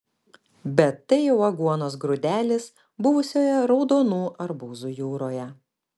bet tai jau aguonos grūdelis buvusioje raudonų arbūzų jūroje